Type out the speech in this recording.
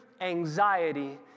anxiety